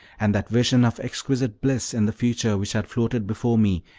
and that vision of exquisite bliss in the future, which had floated before me,